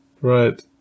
Right